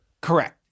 Correct